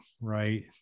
right